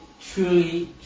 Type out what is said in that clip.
truly